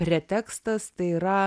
pretekstas tai yra